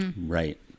Right